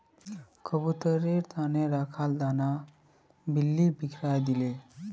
कबूतरेर त न रखाल दाना बिल्ली बिखरइ दिले